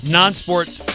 non-sports